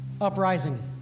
uprising